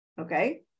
okay